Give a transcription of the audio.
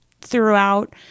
throughout